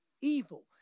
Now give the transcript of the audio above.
evil